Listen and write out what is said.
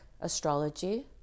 astrology